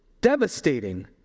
devastating